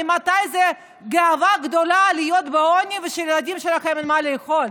ממתי זה גאווה גדולה להיות בעוני ושלילדים שלכם אין מה לאכול?